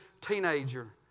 teenager